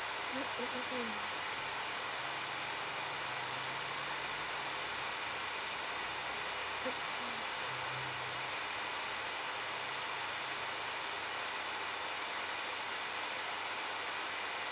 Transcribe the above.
mm mm mm mm